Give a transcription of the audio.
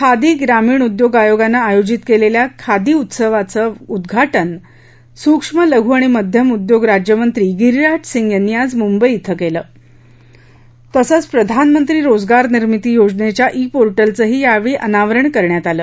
खादी ग्रामीण उद्योग आयोगानं आयोजित केलेल्या खादी उत्सवाचं उद्वाटन सुक्ष्म लघु आणि मध्यम उद्योग राज्यमंत्री गिरीराज सिंग यांनी आज मुंबई इथं केलं तसंच प्रधानमंत्री रोजगारनिर्मिती योजनेच्या ई पोर्टलचंही यावेळी अनावरण झालं